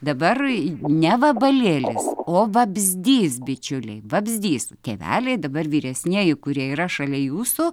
dabar ne vabalėlis o vabzdys bičiuliai vabzdys tėveliai dabar vyresnieji kurie yra šalia jūsų